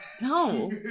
No